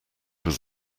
was